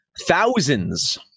Thousands